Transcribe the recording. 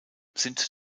sind